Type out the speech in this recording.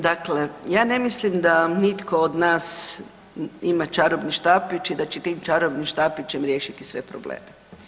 Dakle, ja ne mislim da nitko od nas ima čarobni štapić i da će tim čarobnim štapićem riješiti sve probleme.